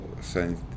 Saint